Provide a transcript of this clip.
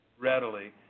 readily